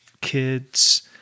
kids